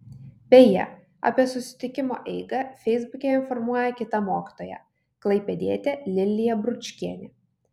beje apie susitikimo eigą feisbuke informuoja kita mokytoja klaipėdietė lilija bručkienė